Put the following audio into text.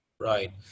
Right